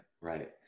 right